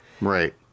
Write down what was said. Right